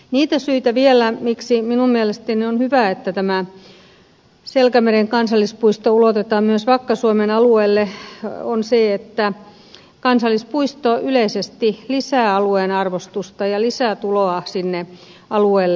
niitä syitä vielä miksi minun mielestäni on hyvä että tämä selkämeren kansallispuisto ulotetaan myös vakka suomen alueelle on se että kansallispuisto yleisesti lisää alueen arvostusta ja lisää tuloa sinne alueelle